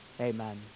Amen